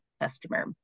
customer